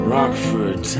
Rockford